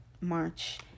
March